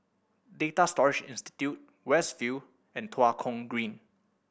Data Storage Institute West View and Tua Kong Green